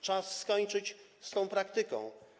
Czas skończyć z tą praktyką.